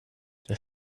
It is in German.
der